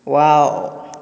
wow